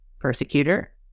persecutor